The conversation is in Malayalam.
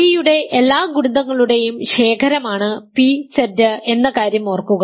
P യുടെ എല്ലാ ഗുണിതങ്ങളുടെയും ശേഖരമാണ് p Z എന്ന കാര്യം ഓർക്കുക